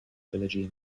trilogy